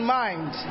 mind